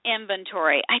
inventory